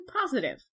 positive